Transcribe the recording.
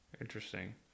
Interesting